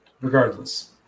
Regardless